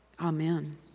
Amen